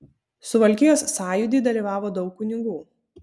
suvalkijos sąjūdy dalyvavo daug kunigų